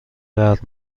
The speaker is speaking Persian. درد